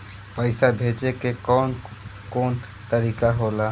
पइसा भेजे के कौन कोन तरीका होला?